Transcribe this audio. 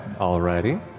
Alrighty